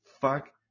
Fuck